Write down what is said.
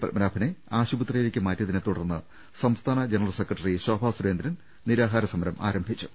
പത്മനാഭനെ ആശുപ ത്രിയിലേക്ക് മാറ്റിയതിനെത്തുടർന്ന് സംസ്ഥാന ജനറൽ സെക്രട്ടറി ശോഭാ സുരേന്ദ്രൻ നിരാഹാരസമരം ആരംഭിച്ചു